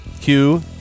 Hugh